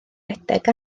rhedeg